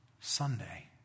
Sunday